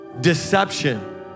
Deception